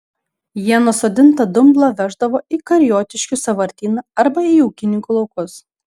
jie nusodintą dumblą veždavo į kariotiškių sąvartyną arba į ūkininkų laukus